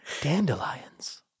Dandelions